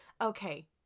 okay